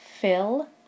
fill